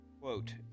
quote